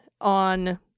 on